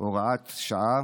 הוראת שעה